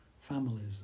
families